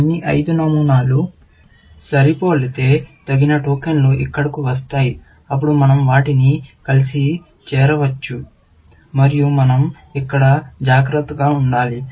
అన్ని ఐదు నమూనాలు సరిపోలితే తగిన టోకెన్లు ఇక్కడకు వస్తాయి అప్పుడు మన০ వాటిని కలిసి చేరవచ్చు మరియు మనం ఇక్కడ జాగ్రత్తగా ఉండాలి